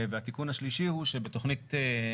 במשרד האוצר וזאת נוסף על האמור בכל דין,